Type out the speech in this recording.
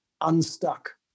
unstuck